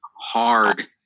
hard